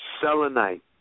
Selenite